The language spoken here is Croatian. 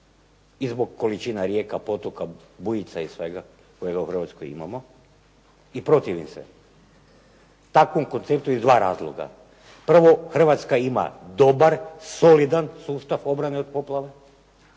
i zbog količina rijeka, potoka, bujica i svega kojega u Hrvatskoj imamo i protivim se takvom konceptu iz dva razloga. Prvo, Hrvatska ima dobar, solidan sustav obrane od poplava